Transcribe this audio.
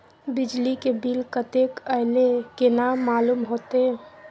बिजली के बिल कतेक अयले केना मालूम होते?